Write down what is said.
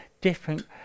different